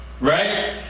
Right